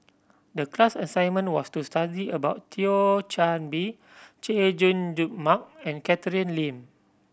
the class assignment was to study about Thio Chan Bee Chay Jung Jun Mark and Catherine Lim